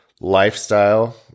lifestyle